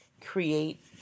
create